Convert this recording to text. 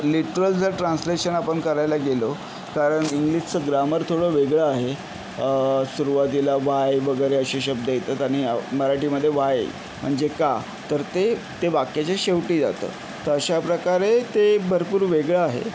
literal जर translation आपण करायला गेलो कारण इंग्लिशचं ग्रामर थोडं वेगळं आहे सुरुवातीला वाय वगैरे असे शब्द येतात आणि मराठीमधे वाय म्हणजे का तर ते ते वाक्याच्या शेवटी येतं तर अशा प्रकारे ते भरपूर वेगळं आहे